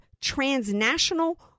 transnational